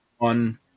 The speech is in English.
on